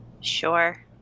Sure